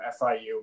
FIU